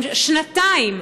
שנתיים,